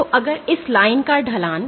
तो अगर इस लाइन का ढलान